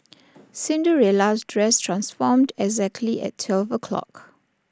Cinderella's dress transformed exactly at twelve o' clock